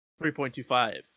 3.25